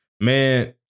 man